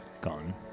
gone